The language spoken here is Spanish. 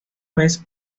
vez